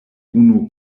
unu